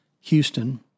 Houston